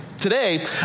Today